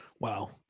Wow